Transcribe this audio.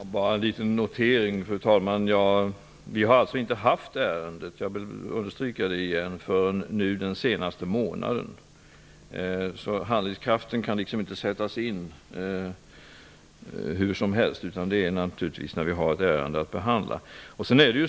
Fru talman! Bara en liten notering: Vi har alltså inte haft ärendet uppe till behandling förrän nu under den senaste månaden, det vill jag återigen understryka. Vi kan naturligtvis inte uppvisa någon handlingskraft förrän vi har ett ärende att behandla.